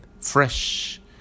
fresh